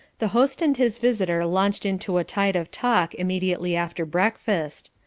the host and his visitor launched into a tide of talk immediately after breakfast.